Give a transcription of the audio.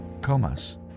Comas